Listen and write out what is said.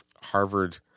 Harvard